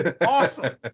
Awesome